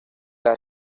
las